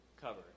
cover